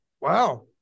Wow